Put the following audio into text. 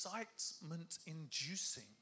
excitement-inducing